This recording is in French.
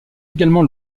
également